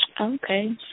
Okay